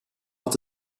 had